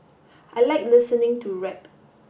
I like listening to rap